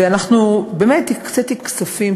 ובאמת הקציתי כספים,